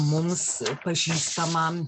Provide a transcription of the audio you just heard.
mums pažįstamą